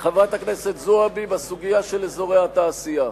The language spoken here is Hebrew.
חברת הכנסת זועבי, בסוגיה של אזורי התעשייה.